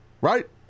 Right